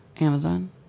Amazon